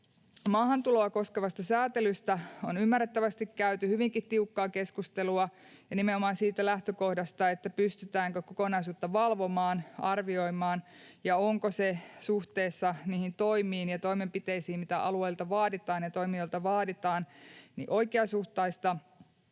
Maahantuloa koskevasta säätelystä on ymmärrettävästi käyty hyvinkin tiukkaa keskustelua ja nimenomaan siitä lähtökohdasta, pystytäänkö kokonaisuutta valvomaan ja arvioimaan ja onko se oikeasuhtaista suhteessa niihin toimiin ja toimenpiteisiin, mitä alueilta vaaditaan ja toimijoilta vaaditaan. Ainakin